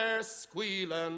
squealing